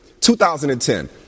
2010